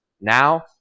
Now